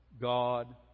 God